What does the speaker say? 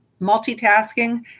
multitasking